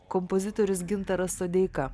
kompozitorius gintaras sodeika